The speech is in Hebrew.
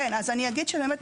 אני אגיד שבאמת,